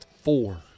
four